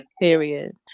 Period